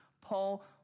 Paul